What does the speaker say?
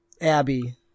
abby